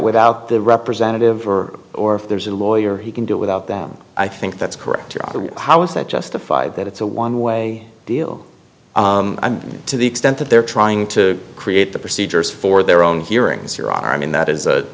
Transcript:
without the representative or or if there's a lawyer he can do without them i think that's correct how is that justified that it's a one way deal to the extent that they're trying to create the procedures for their own hearing it's your honor i mean that is that